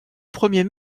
premier